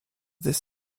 this